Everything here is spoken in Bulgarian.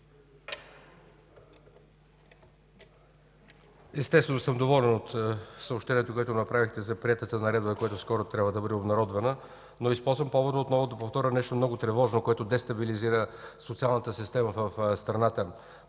Естествено, че съм доволен от съобщението, което направихте за приетата наредба, която скоро трябва да бъде обнародвана. Но използвам повода отново да повторя нещо много тревожно, което дестабилизира социалната система в страната.